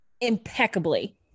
impeccably